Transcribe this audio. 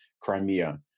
Crimea